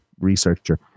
researcher